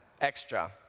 extra